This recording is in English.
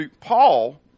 Paul